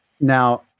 Now